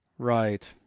Right